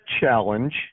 challenge